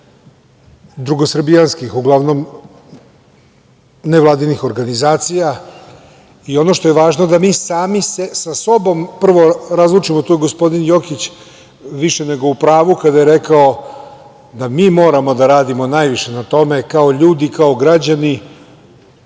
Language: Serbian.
drugosrbijanskih uglavnom nevladinih organizacija. Ono što je važno, da mi sami sa sobom prvo razlučimo, tu je gospodin Jokić više nego u pravu kada je rekao da mi moramo da radimo najviše na tome, kao ljudi i kao građani. Ja